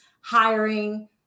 hiring